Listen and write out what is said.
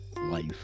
life